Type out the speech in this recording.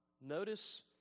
notice